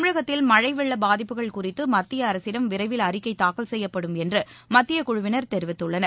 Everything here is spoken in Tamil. தமிழகத்தில் மழை வெள்ள பாதிப்புகள் குறித்து மத்திய அரசிடம் விரைவில் அறிக்கை தாக்கல் செய்யப்படும் என்று மத்தியக்குழுவினர் தெரிவித்துள்ளனர்